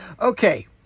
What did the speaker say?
Okay